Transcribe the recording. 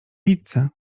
pizzę